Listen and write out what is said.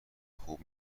خوب